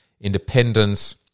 independence